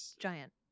giant